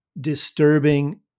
disturbing